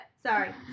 Sorry